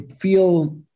feel